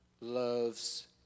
loves